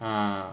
ah